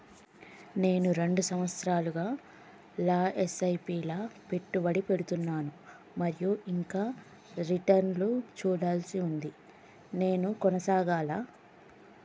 నేను రెండు సంవత్సరాలుగా ల ఎస్.ఐ.పి లా పెట్టుబడి పెడుతున్నాను మరియు ఇంకా రిటర్న్ లు చూడాల్సి ఉంది నేను కొనసాగాలా?